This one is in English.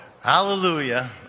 Hallelujah